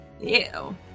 Ew